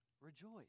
Rejoice